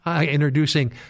introducing